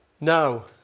now